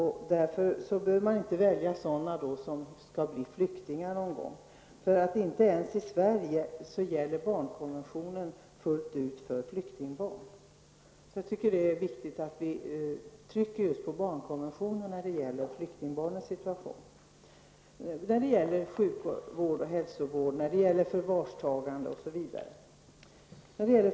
Därför skall man inte välja sådana föräldrar som löper risk att bli flyktingar. Inte ens i Sverige gäller barnkonventionen fullt ut för flyktingbarn. Det är viktigt att vi betonar just barnkonventionen när det gäller flyktingbarnens situation i fråga om sjuk och hälsovård, förvarstagande osv.